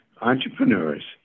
entrepreneurs